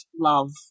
love